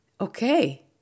okay